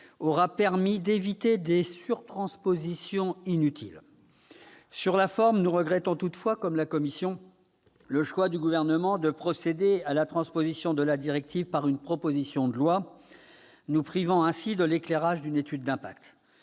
auront permis d'éviter des surtranspositions inutiles. Sur la forme, nous regrettons toutefois, comme la commission, le choix du Gouvernement de procéder à la transposition de la directive par une proposition de loi, nous privant ainsi de l'éclairage d'une étude d'impact.